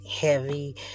heavy